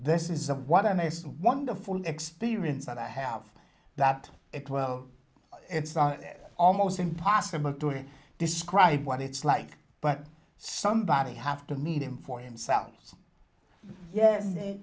this is what i missed and wonderful experience that i have that it well it's almost impossible to describe what it's like but somebody have to meet him for themselves yes whe